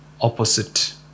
opposite